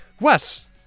Wes